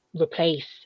replace